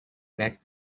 back